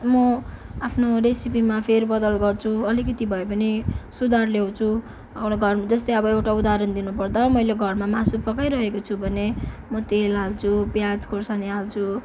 म आफ्नो रेसिपीमा फेरबदल गर्छु अलिकती भएपनि सुधार ल्याउँछु एउटा घर जस्तै अब एउटा उदाहरण दिनुपर्दा मैले घरमा मासु पकाइरहेको छु भने म तेल हाल्छु प्याज खुर्सानी हाल्छु